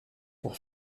pour